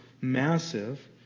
massive